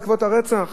בעקבות הרצח.